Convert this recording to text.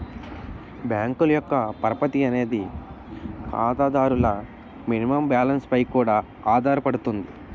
బ్యాంకుల యొక్క పరపతి అనేది ఖాతాదారుల మినిమం బ్యాలెన్స్ పై కూడా ఆధారపడుతుంది